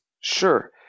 Sure